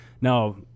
Now